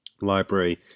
library